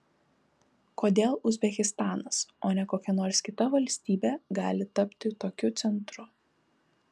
kodėl uzbekistanas o ne kokia nors kita valstybė gali tapti tokiu centru